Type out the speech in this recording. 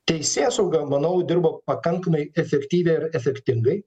teisėsauga manau dirbo pakankamai efektyviai ir efektingai